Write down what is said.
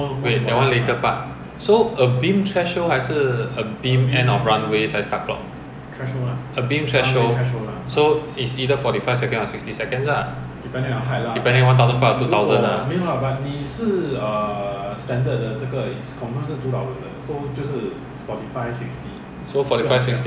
runway heading no no I straightaway I don't do base track just runway track ah okay so err I will call for runway track that one I don't care already that one I just say uh turn turn off flight director in fact 我 after take off 我就跟他讲 turn off flight director 了